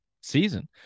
season